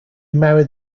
married